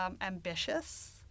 ambitious